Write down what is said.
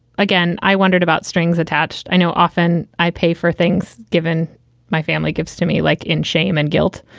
again, i wondered about strings attached. i know often i pay for things, given my family gives to me like in shame and guilt.